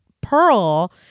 Pearl